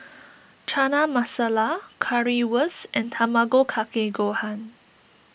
Chana Masala Currywurst and Tamago Kake Gohan